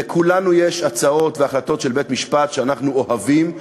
לכולנו יש הצעות והחלטות של בית-המשפט שאנחנו אוהבים,